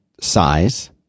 size